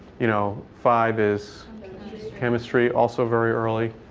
you know five is chemistry, also very early.